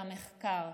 של המחקר,